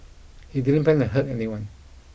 he didn't plan to hurt anyone